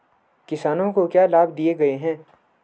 किसानों को क्या लाभ दिए गए हैं?